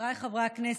חבריי חברי הכנסת,